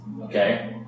Okay